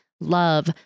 love